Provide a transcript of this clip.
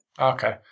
okay